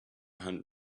hunt